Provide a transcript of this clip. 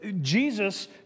Jesus